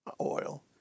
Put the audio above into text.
oil